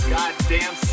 Goddamn